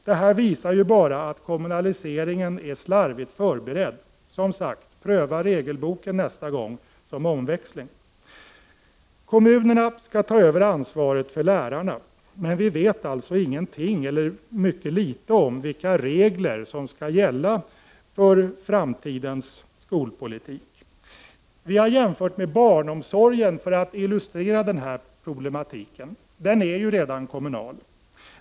Det här visar ju bara att kommunaliseringen är slarvigt förberedd. Som sagt: Pröva regelboken nästa gång, som omväxling! Kommunerna skall ta över ansvaret för lärarna, men vi vet ingenting, eller mycket litet, om vilka regler som skall gälla för framtidens skolpolitik. Vi har jämfört med barnomsorgen för att illustrera denna problematik. Den är ju redan kommunal.